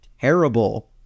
terrible